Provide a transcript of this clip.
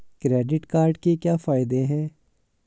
Credit card के क्या फायदे हैं?